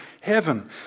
heaven